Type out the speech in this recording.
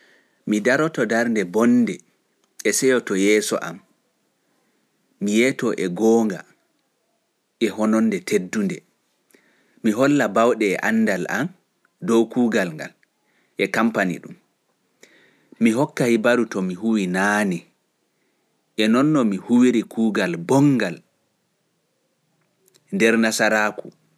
Mi daroto darde bonnde e seyo to yeso am mi yeto e gonga e hononde teddunde Mi hokkai hibaru to mi huwi nane e nonno mi huwiri kugal bonngal nder nasaraku.